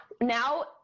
now